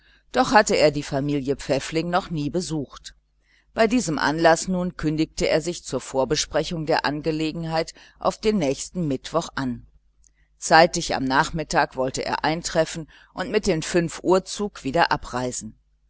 doch hatte er die familie pfäffling noch nie besucht bei diesem anlaß nun kündigte er sich zur vorbesprechung der angelegenheit auf den nächsten mittwoch an zeitig am nachmittag wollte er eintreffen und mit dem fünf uhr zug wieder abreisen